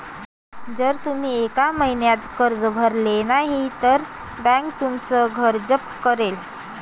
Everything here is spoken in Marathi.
जर तुम्ही एका महिन्यात कर्ज भरले नाही तर बँक तुमचं घर जप्त करेल